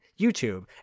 YouTube